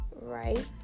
Right